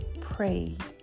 prayed